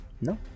No